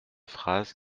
phrase